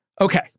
Okay